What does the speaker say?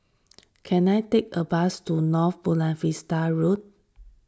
can I take a bus to North Buona Vista Road